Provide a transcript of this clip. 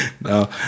No